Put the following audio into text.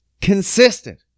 consistent